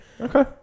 Okay